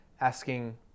asking